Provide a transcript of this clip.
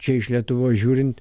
čia iš lietuvos žiūrint